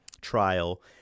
trial